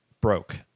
broke